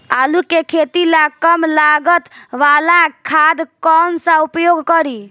आलू के खेती ला कम लागत वाला खाद कौन सा उपयोग करी?